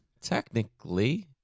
technically